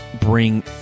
bring